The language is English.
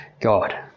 God